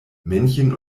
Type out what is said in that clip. männchen